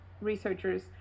researchers